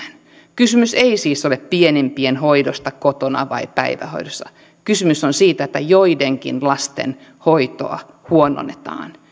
kysymys ei siis ole pienimpien hoidosta hoidetaanko kotona vai päivähoidossa vaan kysymys on siitä että joidenkin lasten hoitoa huononnetaan